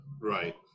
Right